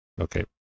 okay